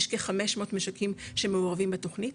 יש כ-500 משקים שמעורבים בתוכנית,